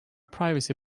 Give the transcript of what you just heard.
privacy